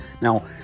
Now